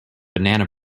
banana